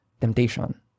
temptation